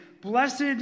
blessed